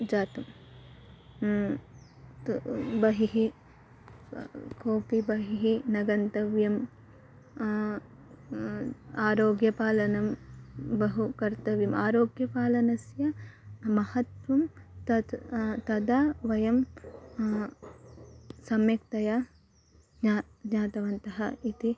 जातं त् बहिः कोऽपि बहिः न गन्तव्यं आरोग्यपालनं बहु कर्तव्यम् आरोग्यपालनस्य महत्त्वं तत् तदा वयं सम्यक्तया ज्ञा ज्ञातवन्तः इति